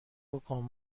بکن